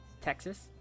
Texas